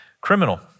criminal